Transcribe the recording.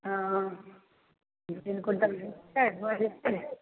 हँ दुइ तीन क्विन्टल भऽ जेतै भऽ जेतै